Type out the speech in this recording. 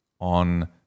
on